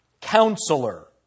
Counselor